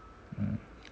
mm